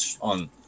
on